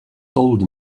told